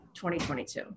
2022